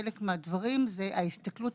שחלק מהדברים זה ההסתכלות